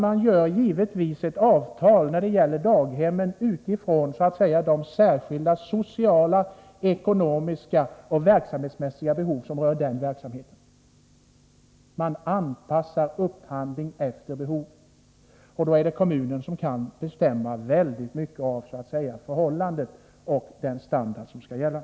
Man träffar givetvis ett avtal när det gäller daghemmen utifrån de särskilda sociala, ekonomiska och verksamhetsmässiga behov som rör den verksamheten. Man anpassar upphandlingen efter behoven, och då kan kommunen bestämma väldigt mycket om den standard som skall gälla.